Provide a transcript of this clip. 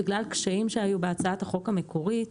בגלל קשיים שהיו בהצעת החוק המקורית,